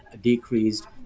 decreased